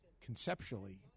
conceptually